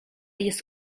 jest